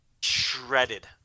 Shredded